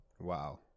Wow